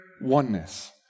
oneness